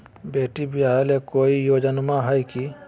बेटी ब्याह ले कोई योजनमा हय की?